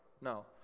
No